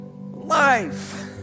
Life